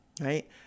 right